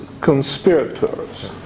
conspirators